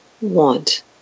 want